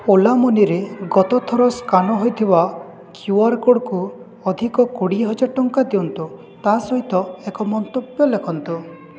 ଓଲା ମନିରେ ଗତ ଥର ସ୍କାନ୍ ହୋଇଥିବା କ୍ୟୁଆର୍ କୋଡ଼୍କୁ ଅଧିକ କୋଡ଼ିଏ ହଜାର ଟଙ୍କା ଦିଅନ୍ତୁ ତା ସହିତ ଏକ ମନ୍ତବ୍ୟ ଲେଖନ୍ତୁ